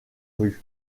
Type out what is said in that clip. rues